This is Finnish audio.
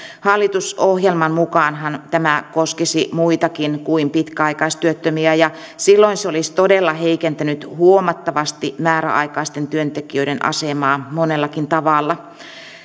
hallitusohjelman mukaanhan tämä koskisi muitakin kuin pitkäaikaistyöttömiä ja silloin se olisi todella heikentänyt huomattavasti määräaikaisten työntekijöiden asemaa monellakin tavalla